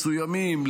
מסוימים,